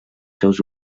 seus